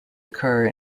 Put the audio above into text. occur